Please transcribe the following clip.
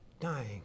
dying